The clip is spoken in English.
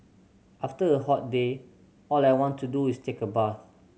after a hot day all I want to do is take a bath